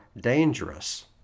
dangerous